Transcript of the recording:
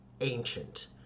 ancient